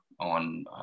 on